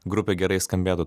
grupė gerai skambėtų